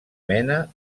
mena